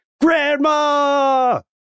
Grandma